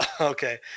okay